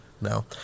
no